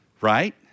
right